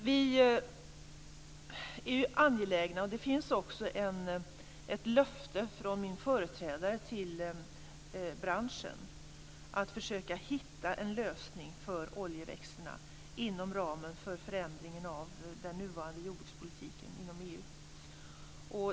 Vi är angelägna, och det finns också ett löfte från min företrädare till branschen, om att försöka hitta en lösning för oljeväxterna inom ramen för förändringen av den nuvarande jordbrukspolitiken inom EU.